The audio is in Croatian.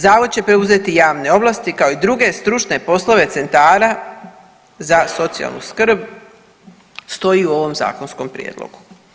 Zavod će preuzeti javne ovlasti kao i druge stručne poslove centara za socijalnu skrb stoji u ovom zakonskom prijedlogu.